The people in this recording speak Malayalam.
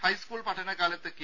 ഹൈസ്കൂൾ പഠനകാലത്ത് കെ